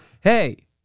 hey